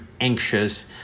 anxious